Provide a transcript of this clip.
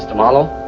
marlowe?